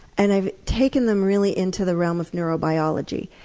and i've taken them really into the realm of neurobiology,